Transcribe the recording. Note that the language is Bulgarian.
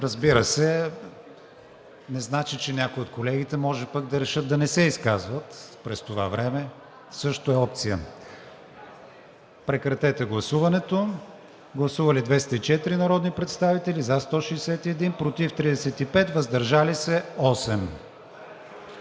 Разбира се, не значи, че някои от колегите може пък да решат да не се изказват през това време, също е опция. Гласували 204 народни представители: за 161, против 35, въздържали се 8.